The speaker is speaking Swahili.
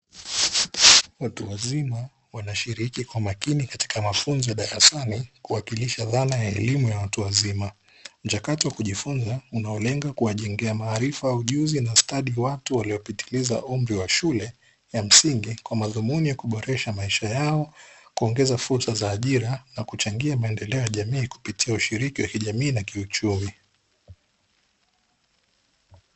Watu wazima wanashiriki kwa makini katika mafunzo ya darasani, kuwakilisha dhana ya elimu ya watu wazima, mchakato wa kujifunza unaolenga kuwajengea maarifa au ujuzi na studi watu waliopitiliza umri wa shule ya msingi, kwa madhumuni ya kuboresha maisha yao, kuongeza fursa za ajira na kuchangia maendeleo ya jamii kupitia ushiriki wa kijamii na kiuchumi.